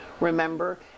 Remember